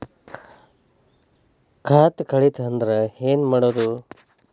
ಖಾತೆ ಕಳಿತ ಅಂದ್ರೆ ಏನು ಮಾಡೋದು?